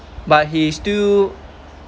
but he still